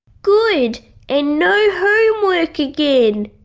good and no homework again!